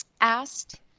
asked